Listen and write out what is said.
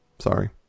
sorry